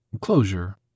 closure